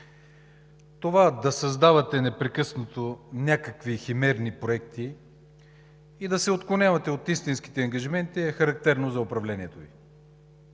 това да създавате непрекъснато някакви химерни проекти и да се отклонявате от истинските ангажименти е характерно за управлението Ви.